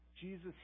Jesus